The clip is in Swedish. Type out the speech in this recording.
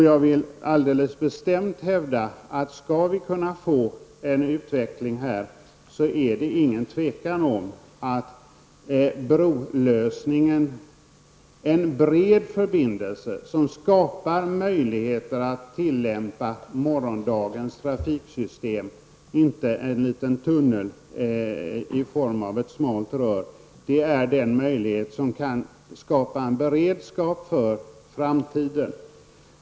Jag vill alldeles bestämt hävda att skall vi här kunna få en utveckling, så är det inget tvivel om att brolösningen -- en bred förbindelse som skapar möjligheter att tillämpa morgondagens trafiksystem -- och inte en liten tunnel i form av ett smalt rör är det som kan skapa beredskap för framtiden.